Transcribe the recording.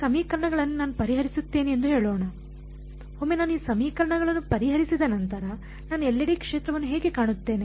ಈ ಸಮೀಕರಣಗಳನ್ನು ನಾನು ಪರಿಹರಿಸುತ್ತೇನೆ ಎಂದು ಹೇಳೋಣ ಒಮ್ಮೆ ನಾನು ಈ ಸಮೀಕರಣಗಳನ್ನು ಪರಿಹರಿಸಿದ ನಂತರ ನಾನು ಎಲ್ಲೆಡೆ ಕ್ಷೇತ್ರವನ್ನು ಹೇಗೆ ಕಾಣುತ್ತೇನೆ